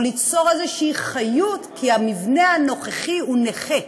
או ליצור איזו חיות, כי המבנה הנוכחי הוא נכה.